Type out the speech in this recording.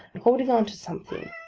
holding on to something.